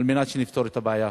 על מנת שנפתור את הבעיה.